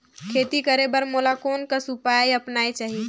खेती करे बर मोला कोन कस उपाय अपनाये चाही?